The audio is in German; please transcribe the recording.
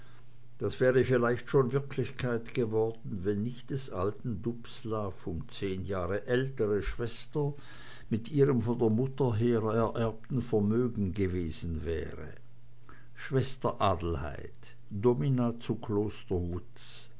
das wäre vielleicht schon wirklichkeit geworden wenn nicht des alten dubslav um zehn jahre ältere schwester mit ihrem von der mutter her ererbten vermögen gewesen wäre schwester adelheid domina zu kloster